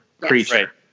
creature